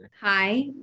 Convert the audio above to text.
Hi